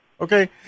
Okay